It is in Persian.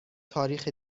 تاریخ